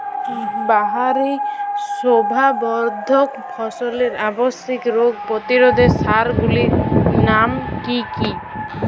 বাহারী শোভাবর্ধক ফসলের আবশ্যিক রোগ প্রতিরোধক সার গুলির নাম কি কি?